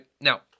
now